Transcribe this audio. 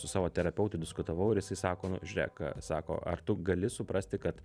su savo terapeutu diskutavau ir jisai sako nu žiūrėk sako ar tu gali suprasti kad